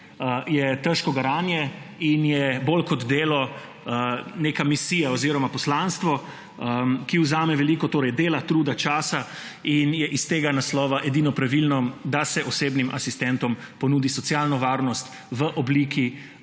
je težko garanje in je bolj kot delo neka misija oziroma poslanstvo, ki vzame veliko dela, truda, časa in je iz tega naslova edino pravilno, da se osebnim asistentom ponudi socialna varnost v obliki